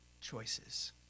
choices